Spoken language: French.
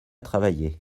travailler